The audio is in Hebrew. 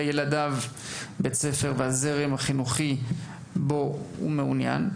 ילדיו בית ספר בזרם החינוכי בו הם מעוניינים.